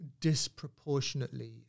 disproportionately